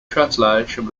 translation